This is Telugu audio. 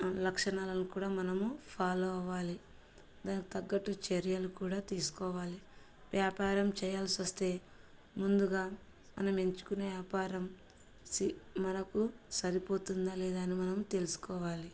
లక్షణాలను కూడా మనము ఫాలో అవాలి దానికి తగ్గట్టు చర్యలు కూడా తీసుకోవాలి వ్యాపారం చేయాల్సి వస్తే ముందుగా మనం ఎంచుకునే వ్యాపారం సి మనకు సరిపోతుందా లేదా అని మనం తెలుసుకోవాలి